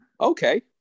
Okay